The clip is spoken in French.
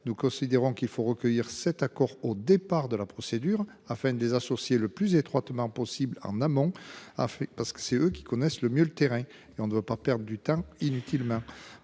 nous considérons qu'il faut recueillir cet accord au départ de la procédure, afin de les associer le plus étroitement possible en amont a fait parce que c'est eux qui connaissent le mieux le terrain et on ne veut pas perdre du temps inutilement